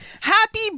Happy